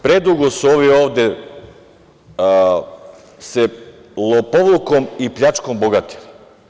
Predugo su se ovi ovde sa lopovlukom i pljačkom bogatili.